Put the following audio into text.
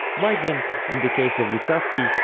why then, in the case of luzzaschi,